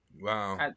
wow